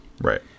Right